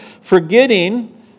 Forgetting